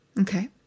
Okay